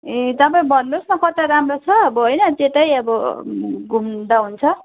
ए तपाईँ भन्नु होस् न कता राम्रो छ अब होइन त्यता अब घुम्दा हुन्छ